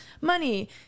money